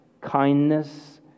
kindness